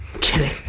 Kidding